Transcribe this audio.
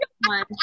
one